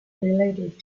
related